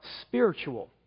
spiritual